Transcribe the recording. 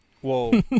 Whoa